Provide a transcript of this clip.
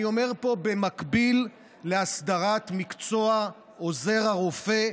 אני אומר פה: במקביל להסדרת מקצוע עוזר רופא,